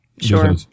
Sure